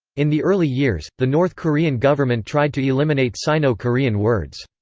in the early years, the north korean government tried to eliminate sino-korean words.